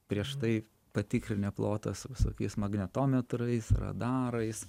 prieš tai patikrinę plotą su visokiais magnetometrais radarais